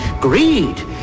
greed